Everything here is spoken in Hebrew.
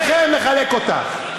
הרסתם את ירושלים, חילקתם את ירושלים,